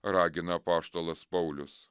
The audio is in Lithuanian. ragina apaštalas paulius